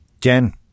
Jen